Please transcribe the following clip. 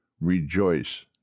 rejoice